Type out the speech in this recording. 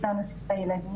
שלהן.